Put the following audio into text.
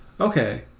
okay